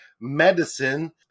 medicine